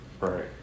Right